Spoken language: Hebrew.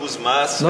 50% מס,